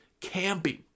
camping